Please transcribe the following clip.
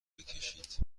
بکشید